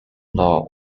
law